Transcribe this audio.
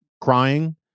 crying